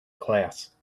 class